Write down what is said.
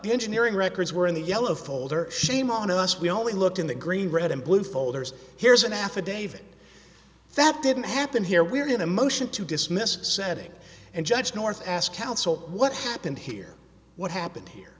the engineering records were in the yellow folder shame on us we only looked in the green red and blue folders here's an affidavit that didn't happen here we are in a motion to dismiss setting and judge north asked counsel what happened here what happened here